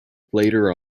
later